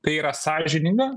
tai yra sąžininga